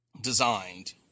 designed